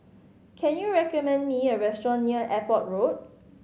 can you recommend me a restaurant near Airport Road